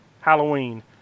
Halloween